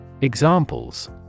Examples